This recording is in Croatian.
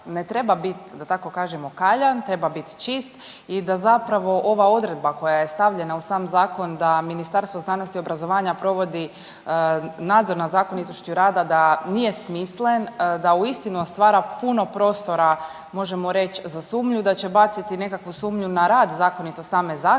ne treba bit da tako kažem ukaljan, treba bit čist i da zapravo ova odredba koja je stavljena u sam zakon da Ministarstvo znanosti i obrazovanja provodi nadzor nad zakonitosti rada da nije smislen, da uistinu stvara puno prostora možemo reć za sumnju da će baciti nekakvu sumnju na rad zakonitosti same zaklade,